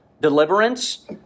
deliverance